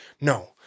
no